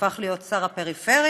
שהפך להיות שר הפריפריה,